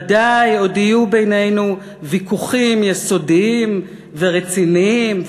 ודאי עוד יהיו בינינו ויכוחים יסודיים ורציניים,